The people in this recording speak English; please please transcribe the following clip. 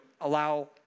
allow